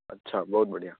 अच्छा बोधयति बडिया